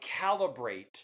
calibrate